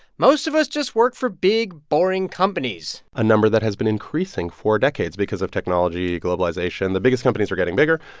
most of us just work for big, boring companies a number that has been increasing for decades because of technology, globalization. the biggest companies are getting bigger,